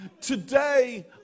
today